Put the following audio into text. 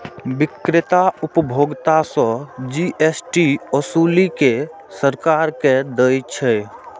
बिक्रेता उपभोक्ता सं जी.एस.टी ओसूलि कें सरकार कें दै छै